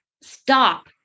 stop